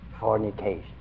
Fornication